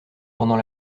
pendant